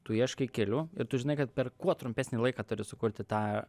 tu ieškai kelių ir tu žinai kad per kuo trumpesnį laiką turi sukurti tą